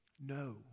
No